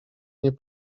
nie